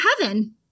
heaven